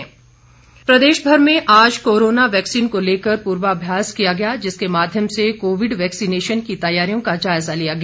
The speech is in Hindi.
ड्राई रन प्रदेशभर में आज कोरोना वैक्सीन को लेकर पूर्वाभ्यास किया गया जिसके माध्यम से कोविड वैक्सीनेशन की तैयारियों का जायजा लिया गया